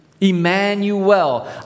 emmanuel